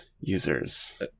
users